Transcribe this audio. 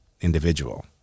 individual